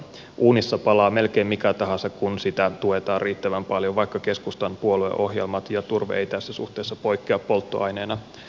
uunissa palaa melkein mikä tahansa kun sitä tuetaan riittävän paljon vaikka keskustan puolueohjelmat ja turve ei tässä suhteessa poikkea polttoaineena muista